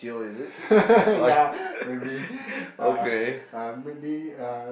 ya maybe uh uh maybe uh